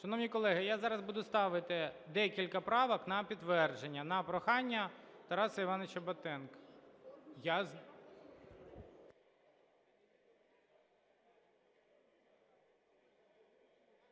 Шановні колеги, я зараз буду ставити декілька правок на підтвердження на прохання Тараса Івановича Батенка.